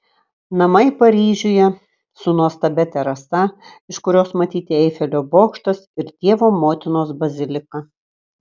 namai paryžiuje su nuostabia terasa iš kurios matyti eifelio bokštas ir dievo motinos bazilika